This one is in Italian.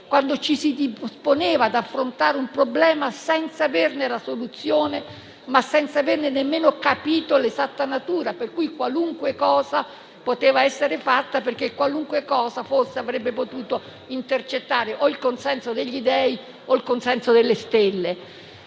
quando ci si disponeva ad affrontare un problema senza averne la soluzione, ma senza averne nemmeno capito l'esatta natura, per cui qualunque cosa poteva essere fatta, perché qualunque cosa forse avrebbe potuto intercettare o il consenso degli Dei o quello delle stelle.